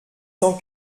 cent